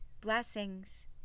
Blessings